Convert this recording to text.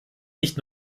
nicht